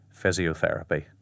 physiotherapy